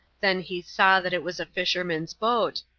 then he saw that it was a fisherman's boat,